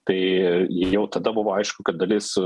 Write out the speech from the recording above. tai jau tada buvo aišku kad dalis